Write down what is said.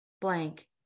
blank